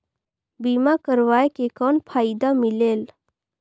बीमा करवाय के कौन फाइदा मिलेल?